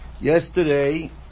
Yesterday